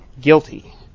guilty